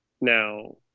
Now